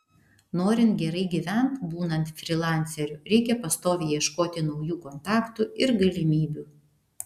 norint gerai gyvent būnant frylanceriu reikia pastoviai ieškoti naujų kontaktų ir galimybių